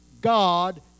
God